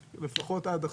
לפחות עד עכשיו,